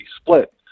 split